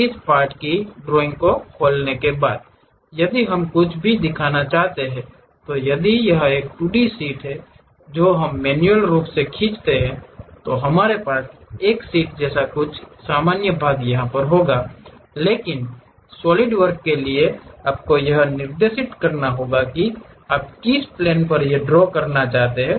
इस पार्ट की ड्राइंग को खोलने के बाद यदि हम कुछ भी दिखाना चाहते हैं यदि यह एक 2 डी शीट है जो हम मैन्युअल रूप से खींचते हैं तो हमारे पास एक शीट सामान्य है जिसे हम कुछ भी दिखा सकते हैं लेकिन सॉलिडवर्क के लिए आपको यह निर्दिष्ट करना होगा कि आप किस प्लेन को ड्रा करना चाहते हैं